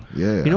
yeah. you know